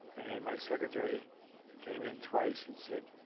and my secretary came in twice and said,